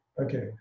Okay